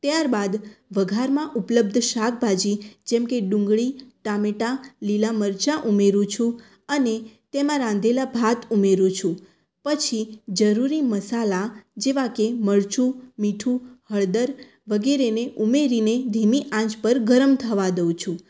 ત્યાર બાદ વઘારમાં ઉપલબ્ધ શાકભાજી જેમકે ડુંગળી ટામેટાં લીલા મરચાં ઉમેરું છું અને તેમાં રાંધેલા ભાત ઉમેરું છું પછી જરૂરી મસાલા જેવા કે મરચું મીઠું હળદર વગેરેને ઉમેરીને ધીમી આંચ પર ગરમ થવા દઉં છું